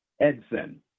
Edson